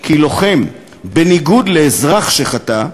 כי לוחם, בניגוד לאזרח שחטא,